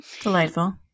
Delightful